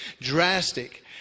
drastic